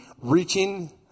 reaching